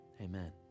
Amen